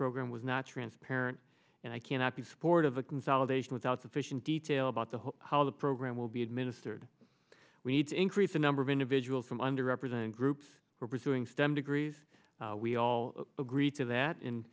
program was not transparent and i cannot be supportive of consolidation without sufficient detail about the whole how the program will be administered we need to increase the number of individuals from under represented groups who are pursuing stem degrees we all agree to that